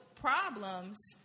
problems